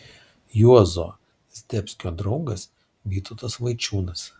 juozo zdebskio draugas vytautas vaičiūnas